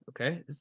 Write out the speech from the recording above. Okay